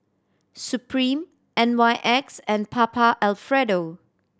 Supreme N Y X and Papa Alfredo